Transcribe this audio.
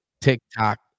TikTok